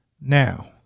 Now